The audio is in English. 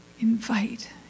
invite